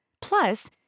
Plus